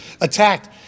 attacked